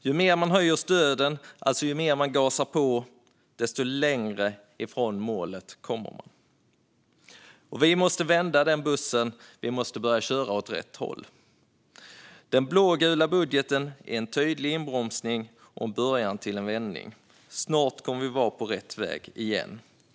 Ju mer man höjer stöden, alltså ju mer man gasar på, desto längre från målet kommer man. Vi måste vända bussen och börja köra åt rätt håll. Den blågula budgeten är en tydlig inbromsning och en början till en vändning. Snart kommer vi att vara på rätt väg igen.